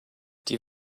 die